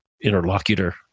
interlocutor